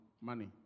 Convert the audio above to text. money